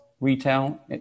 retail